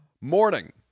Morning